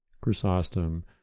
Chrysostom